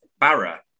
Barra